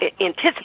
anticipate